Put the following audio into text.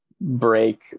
break